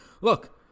Look